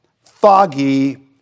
foggy